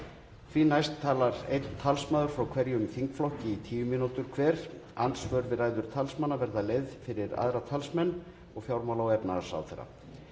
Því næst talar einn talsmaður frá hverjum þingflokki í tíu mínútur hver. Andsvör við ræður talsmanna verða leyfð fyrir aðra talsmenn og fjármála- og efnahagsráðherra.